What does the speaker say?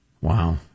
Wow